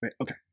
Okay